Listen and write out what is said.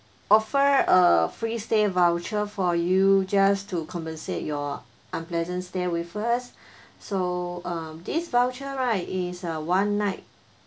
offer a free stay voucher for you just to compensate your unpleasant stay with us so um this voucher right is a one night